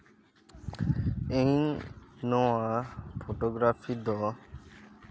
ᱤᱧ ᱱᱚᱣᱟ ᱯᱷᱚᱴᱳᱜᱨᱟᱯᱷᱤ ᱫᱚ